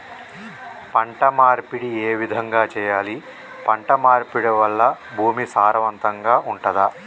పంట మార్పిడి ఏ విధంగా చెయ్యాలి? పంట మార్పిడి వల్ల భూమి సారవంతంగా ఉంటదా?